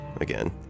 again